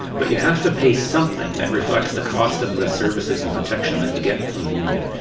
but you have to pay something that reflects the cost of the services and protection that you get from the union.